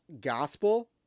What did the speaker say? gospel